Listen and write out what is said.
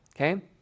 okay